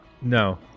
No